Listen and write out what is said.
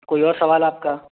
کوئی اور سوال آپ کا